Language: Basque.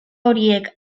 horiek